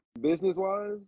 business-wise